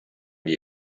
the